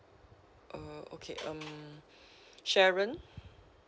uh okay um sharon